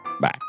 Bye